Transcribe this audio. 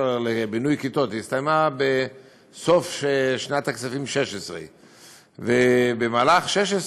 לבינוי כיתות הסתיימה בסוף שנת הכספים 2016. במהלך 2016